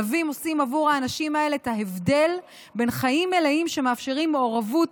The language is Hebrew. כלבים עושים עבור האנשים האלה את ההבדל בין חיים מלאים שמאפשרים מעורבות